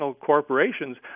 corporations